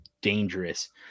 dangerous